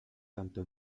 tanto